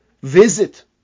visit